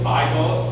Bible